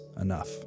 enough